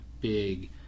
big